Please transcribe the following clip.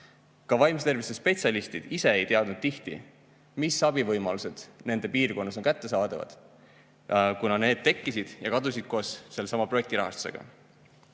Ka vaimse tervise spetsialistid ise ei teadnud tihti, mis abivõimalused nende piirkonnas on kättesaadavad, kuna need tekkisid ja kadusid koos sellesama projektirahastusega.